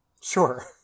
Sure